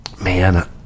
Man